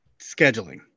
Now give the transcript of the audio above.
scheduling